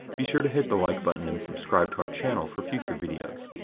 be sure to hit the like button and subscribe to our channel for future videos.